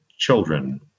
Children